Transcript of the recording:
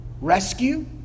rescue